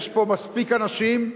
יש פה מספיק אנשים,